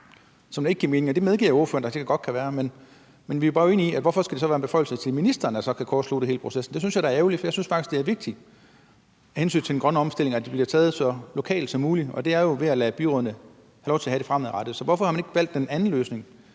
som ikke giver mening. Det medgiver jeg ordføreren at der sikkert godt kan være, men vi er bare uenige i det der med, hvorfor det så skal være en beføjelse til ministeren, der kan kortslutte hele processen. Det synes jeg da er ærgerligt, for jeg synes faktisk, det er vigtigt af hensyn til den grønne omstilling, at det bliver taget så lokalt som muligt, og det er jo ved at lade byrådene have lov til at have det fremadrettet. Så hvorfor har man ikke valgt den anden løsning